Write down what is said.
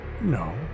No